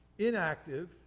inactive